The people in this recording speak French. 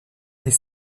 est